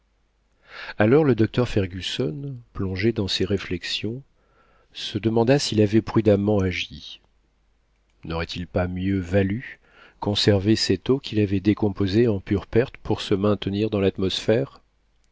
alors le docteur fergusson plongé dans ses réflexions se demanda s'il avait prudemment agi n'aurait-il pas mieux valu conserver cette eau qu'il avait décomposée en pure perte pour se maintenir dans l'atmosphère